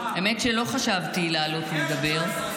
האמת היא שלא חשבתי לעלות ולדבר.